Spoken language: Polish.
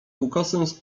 ukosem